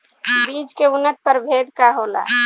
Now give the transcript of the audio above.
बीज के उन्नत प्रभेद का होला?